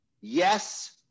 Yes